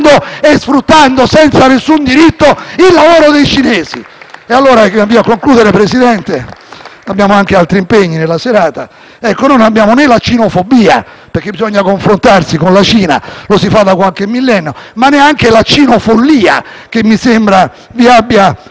abbiamo anche altri impegni nella serata. Noi non abbiamo né la cinofobia, perché bisogna confrontarsi con la Cina (lo si fa da qualche millennio), ma neanche la cinofollia, che mi sembra vi abbia colpito. Noi siamo preoccupati - e per questo difendiamo le nostre